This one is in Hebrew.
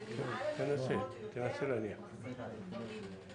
זה נראה לנו פחות או יותר מחזיר את הדברים לקדמותם.